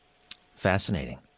Fascinating